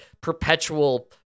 perpetual